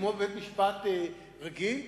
כמו בבית-משפט רגיל?